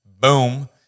Boom